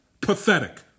Pathetic